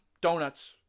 Donuts